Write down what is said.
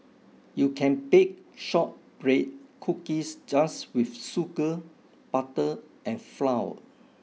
you can bake shortbread cookies just with sugar butter and flour